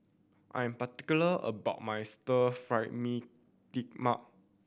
I am particular about my Stir Fry mee mak